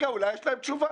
אין לה.